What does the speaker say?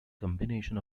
combination